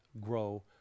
grow